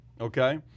okay